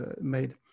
made